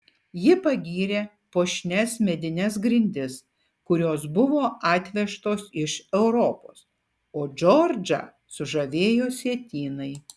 ji pagyrė puošnias medines grindis kurios buvo atvežtos iš europos o džordžą sužavėjo sietynai